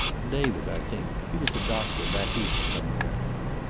david, i think. he was a doctor back east somewhere.